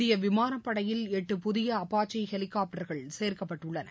இந்திய விமானப்படையில் எட்டு புதிய அப்பாச்சி ஹெலிகாப்டர்கள் சேர்க்கப்பட்டுள்ளன